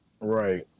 Right